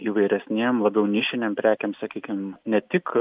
įvairesnėm labiau nišinėm prekėm sakykime ne tik